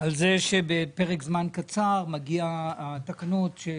על זה שבפרק זמן קצר מגיעות התקנות.